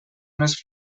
unes